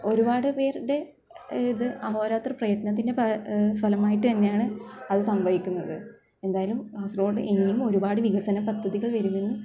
ഒരുപാട് പേരുടെ ഇത് അഹോരാത്ര പ്രയത്നത്തിൻ്റെ ഫലമായിട്ട് തന്നെയാണ് അത് സംഭവിക്കുന്നത് എന്തായാലും കാസർഗോട് ഇനിയും ഒരുപാട് വികസന പദ്ധതികൾ വരുമെന്ന്